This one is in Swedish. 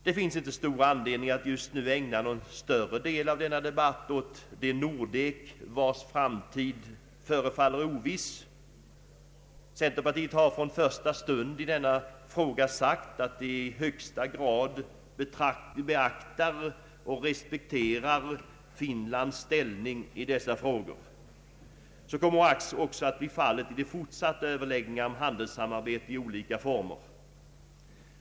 Det finns inte stor anledning att just nu ägna en större del av denna debatt åt det Nordek vars framtid förefaller oviss. Centerpartiet har från första stund sagt att man i högsta grad beaktar och respekterar Finlands ställning i dessa frågor. Så kommer också att bli fallet i de fortsatta överläggningarna om handelssamarbete i olika former.